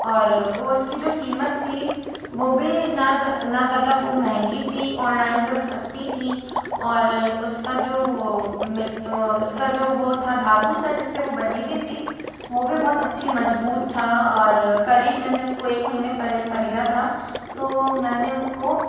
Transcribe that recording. और वो उसकी जो कीमत थी वो भी न न ज़्यादा वो महँगी थी और ना ही ज़्यादा सस्ती थी और उसका जो वो उसका जो वो था धातु था जिससे वो बनी हुई थी वो भी बहुत अच्छी मजबूत था और करीब मैंने उसको एक महीने पहले खरीदा था तो मैंने उसको